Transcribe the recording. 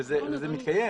וזה מתקיים.